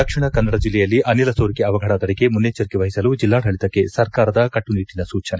ದಕ್ಷಿಣಕನ್ನಡ ಜಿಲ್ಲೆಯಲ್ಲಿ ಅನಿಲ ಸೋರಿಕೆ ಅವಘಡ ತಡೆಗೆ ಮುನ್ನೆಚ್ಚರಿಕೆ ವಹಿಸಲು ಜಿಲ್ಲಾಡಳಿತಕ್ಕೆ ಸರ್ಕಾರದ ಕಟ್ಟುನಿಟ್ಟಿನ ಸೂಚನೆ